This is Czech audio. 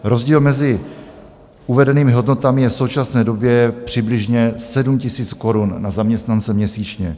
Rozdíl mezi uvedenými hodnotami je v současné době přibližně 7 000 korun na zaměstnance měsíčně.